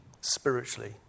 spiritually